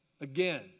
Again